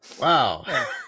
Wow